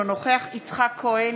אינו נוכח יצחק כהן,